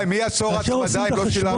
-- מי יעצור הצמדה אם לא שילמת?